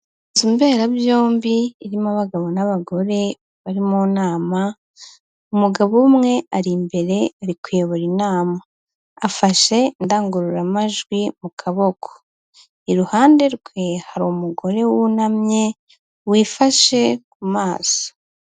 Inzu mberabyombi irimo abagabo n'abagore bari mu nama, umugabo umwe ari imbere ari kuyobora inama, afashe indangururamajwi mu kaboko, iruhande rwe hari umugore wunamye wifashe ku maso.